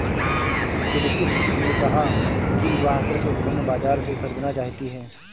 बिलकिश ने कहा कि वह कृषि उपकरण बाजार से खरीदना चाहती है